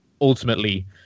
ultimately